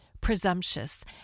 presumptuous